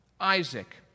Isaac